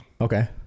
Okay